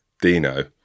Dino